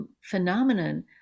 phenomenon